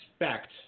expect